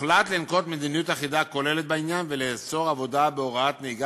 הוחלט לנקוט מדיניות אחידה וכוללת בעניין ולאסור עבודה בהוראת נהיגה